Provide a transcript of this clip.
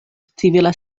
civila